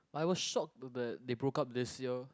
I was shocked that they broke up this year